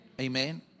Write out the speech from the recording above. Amen